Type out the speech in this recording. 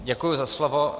Děkuji za slovo.